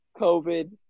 COVID